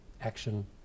action